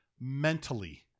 mentally